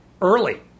early